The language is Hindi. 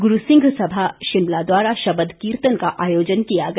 गुरु सिंघ सभा शिमला द्वारा शबद कीर्तन का आयोजन किया गया